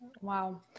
Wow